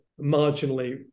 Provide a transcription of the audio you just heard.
marginally